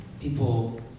people